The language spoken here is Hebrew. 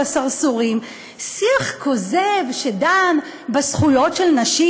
הסרסורים שיח כוזב שדן בזכויות של נשים,